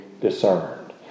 discerned